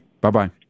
Bye-bye